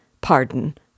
Pardon